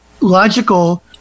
logical